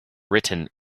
written